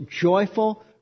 joyful